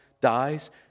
dies